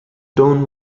tone